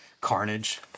carnage